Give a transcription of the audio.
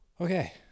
Okay